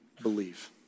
believe